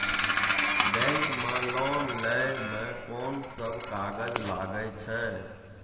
Bank मे loan लै मे कोन सब कागज लागै छै?